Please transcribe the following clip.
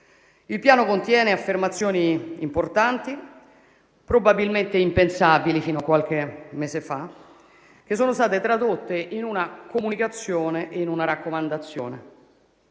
Il piano contiene affermazioni importanti, probabilmente impensabili fino a qualche mese fa, che sono state tradotte in una comunicazione e in una raccomandazione.